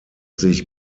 sich